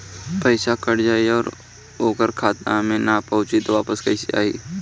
पईसा कट जाई और ओकर खाता मे ना पहुंची त वापस कैसे आई?